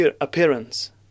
appearance